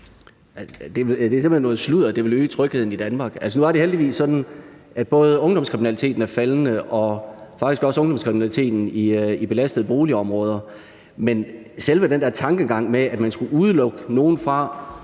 hen noget sludder, at det vil øge trygheden i Danmark. Nu er det heldigvis sådan, at både ungdomskriminaliteten og faktisk også ungdomskriminaliteten i belastede boligområder er faldende. Selve den der tankegang med, at man skal udelukke nogen fra